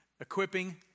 equipping